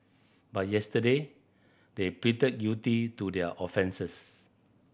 but yesterday they pleaded guilty to their offences